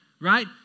right